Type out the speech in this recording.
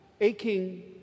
aching